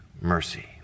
mercy